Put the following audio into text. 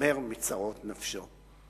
שומר מצרות נפשו.